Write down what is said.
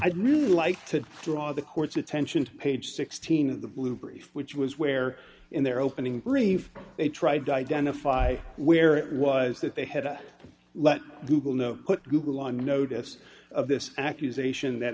i'd really like to draw the court's attention to page sixteen of the blue brief which was where in their opening brief they tried to identify where it was that they had to let google know put google on notice of this accusation that